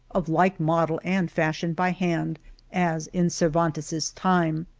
of like model and fashioned by hand as in cervantes s time.